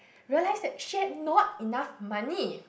realised that she had not enough money